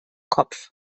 kopf